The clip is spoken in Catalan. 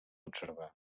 observar